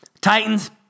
Titans